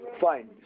Fine